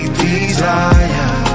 desire